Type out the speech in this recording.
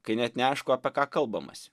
kai net neaišku apie ką kalbamasi